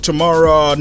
Tomorrow